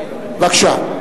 בבקשה.